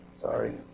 Sorry